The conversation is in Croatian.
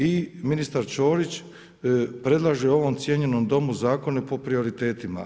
I ministar Čorić predlaže u ovom cijenjenom domu zakone po prioritetima.